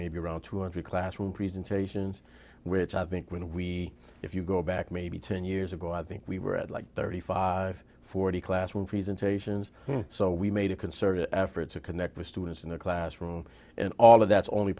maybe around two hundred classroom presentations which i think when we if you go back maybe ten years ago i think we were at like thirty five forty classroom presentations so we made a concerted effort to connect with students in the classroom and all of that's only